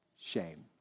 shame